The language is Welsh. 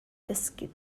ddysgu